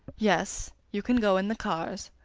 yes you can go in the cars,